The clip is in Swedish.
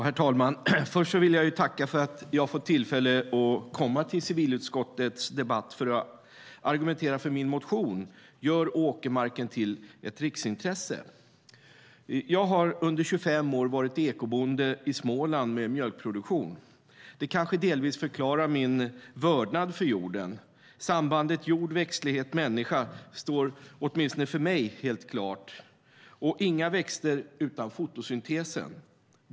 Herr talman! Först vill jag tacka för att jag har fått tillfälle att komma till civilutskottets debatt för att argumentera för min motion Gör åkermarken till ett riksintresse . Jag har under 25 år varit ekobonde i Småland med mjölkproduktion. Det kanske delvis förklarar min vördnad för jorden. Sambandet mellan jord, växtlighet och människa står helt klart åtminstone för mig - och inga växter utan fotosyntes.